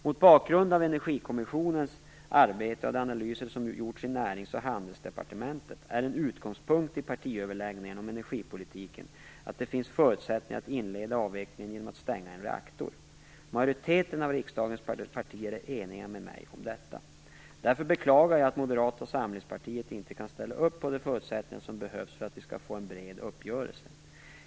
Mot bakgrund av Energikommissionens arbete och de analyser som gjorts i Närings och handelsdepartementet är en utgångspunkt i partiöverläggningarna om energipolitiken att det finns förutsättningar att inleda avvecklingen genom att stänga en reaktor. Majoriteten av riksdagens partier är eniga med mig om detta. Därför beklagar jag att moderata samlingspartiet inte kan ställa upp på de förutsättningar som behövs för att vi skall få en bred uppgörelse.